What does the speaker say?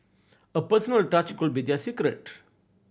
a personal touch could be their secret